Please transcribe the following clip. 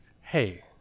hey